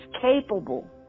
capable